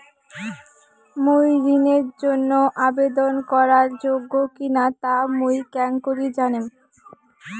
মুই ঋণের জন্য আবেদন করার যোগ্য কিনা তা মুই কেঙকরি জানিম?